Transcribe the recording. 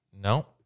no